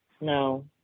No